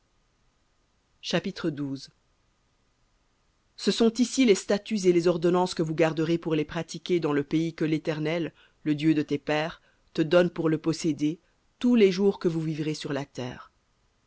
chapitre ce sont ici les statuts et les ordonnances que vous garderez pour les pratiquer dans le pays que l'éternel le dieu de tes pères te donne pour le posséder tous les jours que vous vivrez sur la terre